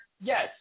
yes